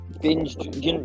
Binge